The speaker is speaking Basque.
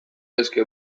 daitezke